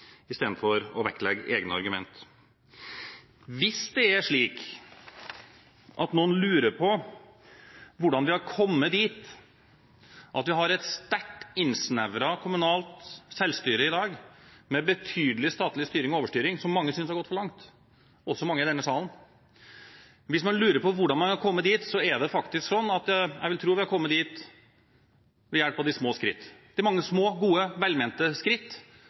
istedenfor å vektlegge egne argumenter. Hvis noen lurer på hvordan vi har kommet dit at vi i dag har et sterkt innsnevret kommunalt selvstyre, med betydelig statlig styring og overstyring, som mange – også i denne salen – synes har gått for langt, vil jeg tro vi har kommet dit ved hjelp av de små skritt. Det har vært mange små, gode og velmente skritt,